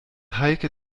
heike